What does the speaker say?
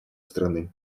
страны